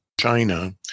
China